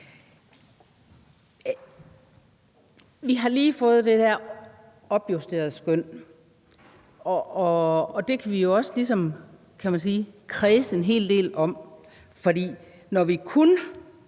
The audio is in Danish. Vi har lige fået det her opjusterede skøn, og det kan vi jo også kredse en hel del om,